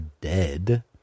dead